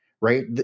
right